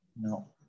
No